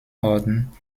orden